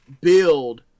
build